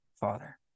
Father